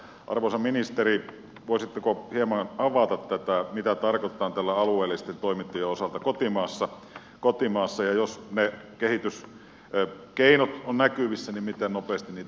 arvoisa ministeri voisitteko hieman avata tätä mitä tarkoitetaan tällä alueellisten toimintojen osalta kotimaassa ja jos ne keinot ovat näkyvissä niin miten nopeasti niitä pystytään toteuttamaan